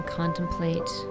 contemplate